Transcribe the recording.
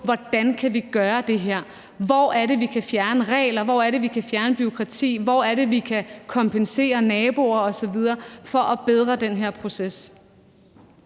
hvordan vi kan gøre det her, hvor vi kan fjerne regler, hvor vi kan fjerne bureaukrati, hvor vi kan kompensere naboer osv. for at bedre den her proces.